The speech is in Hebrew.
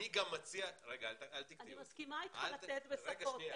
אני גם מציע --- אני מסכימה איתך לתת בשפות,